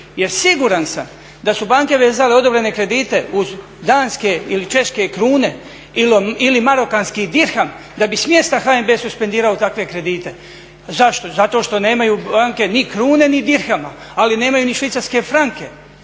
jer siguran sam da su banke vezale odobrene kredite uz danske ili češke krune ili marokanski dirham da bi smjesta HNB suspendirao takve kredite. Zašto? Zato što nemaju banke ni krune ni dirhama, ali nemaju ni švicarske franke,